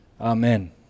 Amen